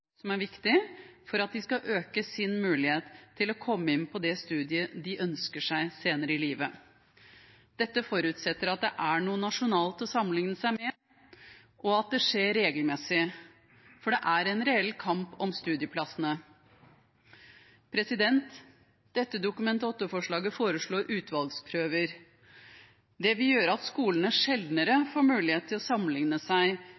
som er viktig for at de skal øke sin mulighet til å komme inn på det studiet de ønsker seg, senere i livet. Dette forutsetter at det er noe nasjonalt å sammenligne seg med, og at det skjer regelmessig, for det er en reell kamp om studieplassene. Dette Dokument 8-forslaget foreslår utvalgsprøver. Det vil gjøre at skolene